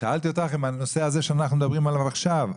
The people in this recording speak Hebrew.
שאלתי אותך אם הנושא הזה שאנחנו מדברים עליו עכשיו,